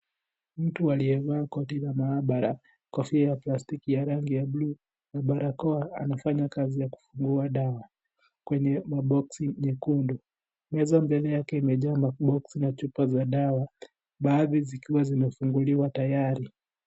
Mtu aliyevaa koti la maabara, kofia ya plastiki ya rangi ya bluu na barakoa. Anafanya kazi ya kufungua dawa kwenye maboksi nyekundu. Meza mbele yake imejaa maboksi na chupa za dawa, baadhi zikiwa zimefunguliwa tayari.